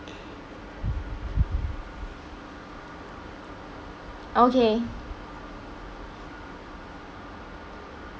okay